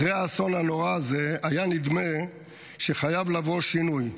אחרי האסון הנורא הזה היה נדמה שחייב לבוא שינוי,